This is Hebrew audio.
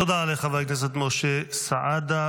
תודה לחבר הכנסת משה סעדה,